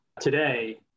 today